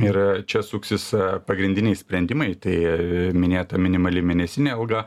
ir čia suksis pagrindiniai sprendimai tai minėta minimali mėnesinė alga